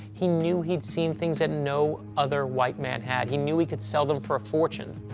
he knew he'd seen things that no other white man had. he knew he could sell them for a fortune.